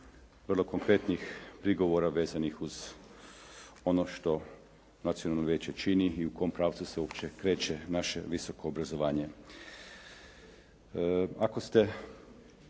vrlo konkretnim prigovora vezanih uz ono što Nacionalno vijeće čini i u kom pravcu se uopće kreće naše visoko obrazovanje.